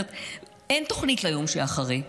אין תוכנית ליום שאחרי.